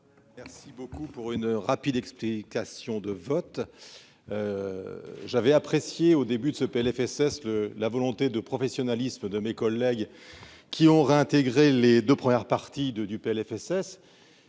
Merci beaucoup pour une rapide explication de vote j'avais apprécié au début de ce Plfss le la volonté de professionnalisme de mes collègues qui ont réintégré les 2 premières parties de du PLFSS